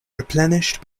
replenished